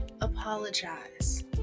Apologize